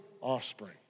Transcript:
offspring